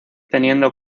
teniendo